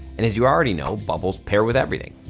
and as you already know, bubbles pair with everything.